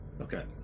Okay